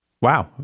Wow